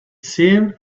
seemed